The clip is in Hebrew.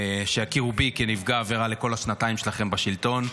שיכירו בי כנפגע העבירה של כל השנתיים שלכם בשלטון.